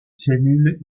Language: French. cellule